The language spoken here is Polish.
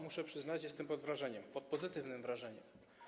Muszę przyznać jestem pod wrażeniem, pod pozytywnym wrażeniem.